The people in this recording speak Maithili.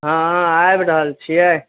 हँ आबि रहल छिए